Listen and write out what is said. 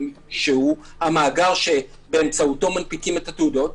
שהוא המאגר שבאמצעותו מנפיקים את התעודות,